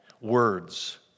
words